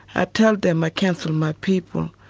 i tell them, i counsel my people,